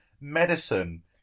medicine